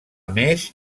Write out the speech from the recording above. més